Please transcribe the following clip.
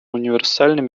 универсальной